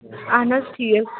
اہَن حظ ٹھیٖک